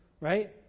Right